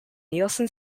nielsen